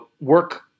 work